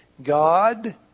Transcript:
God